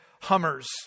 Hummers